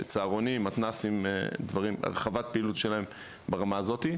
צהרונים, מתנ"סים, הרחבת פעילות שלהם ברמה הזאת.